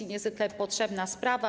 To niezwykle potrzebna sprawa.